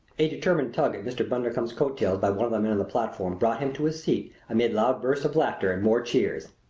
a determined tug at mr. bundercombe's coattails by one of the men on the platform brought him to his seat amid loud bursts of laughter and more cheers.